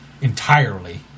Entirely